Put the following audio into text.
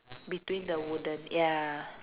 between the wooden ya